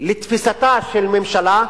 לתפיסתה של הממשלה.